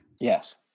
Yes